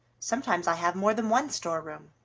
sometimes i have more than one storeroom.